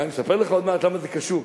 אני אספר לך עוד מעט למה זה קשור: